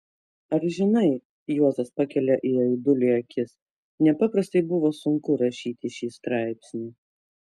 ar žinai juozas pakelia į aidulį akis nepaprastai buvo sunku rašyti šį straipsnį